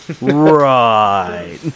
Right